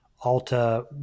Alta